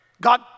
God